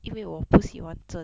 因为我不喜欢针